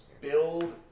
build